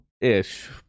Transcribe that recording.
Ish